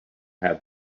had